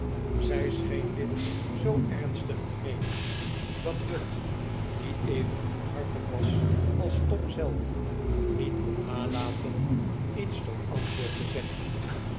zij scheen dit zoo ernstig te meenen dat ruth die even goedhartig was als tom zelf niet kon nalaten iets tot antwoord te zeggen